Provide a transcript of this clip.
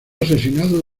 asesinado